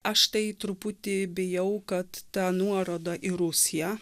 aš tai truputį bijau kad ta nuoroda į rusiją